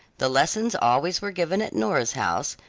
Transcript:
the lessons always were given at nora's house,